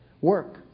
work